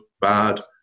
bad